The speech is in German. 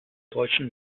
deutschen